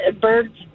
birds